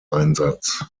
einsatz